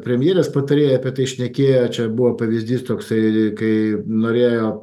premjerės patarėjai apie tai šnekėjo čia buvo pavyzdys toksai kai norėjo